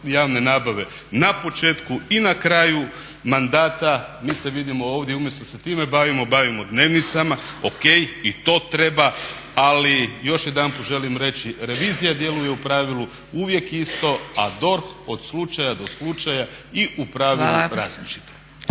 javne nabave na početku i na kraju mandata. Mi se vidimo ovdje umjesto da se time bavimo, bavimo dnevnicama, ok, i to treba, ali još jedanput želim reći revizija djeluje u pravilu uvijek isto, a DORH od slučaja do slučaja i u pravilu različito.